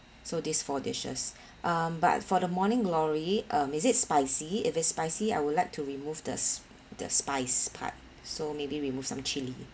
so these four dishes um but for the morning glory um is it spicy if it's spicy I would like to remove this the spice part so maybe remove some chili